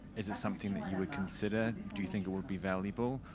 is it something that you would consider? do you think it would be valuable?